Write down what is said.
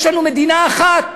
יש לנו מדינה אחת,